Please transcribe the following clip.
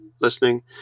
listening